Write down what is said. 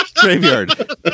graveyard